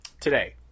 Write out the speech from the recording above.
today